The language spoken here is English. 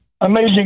Amazing